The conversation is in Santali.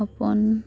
ᱦᱚᱯᱚᱱ